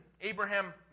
Abraham